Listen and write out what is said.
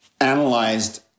analyzed